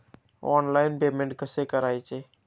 Online payment कसे करायचे?